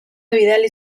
bidali